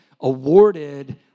awarded